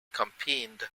campaigned